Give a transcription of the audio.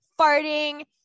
Farting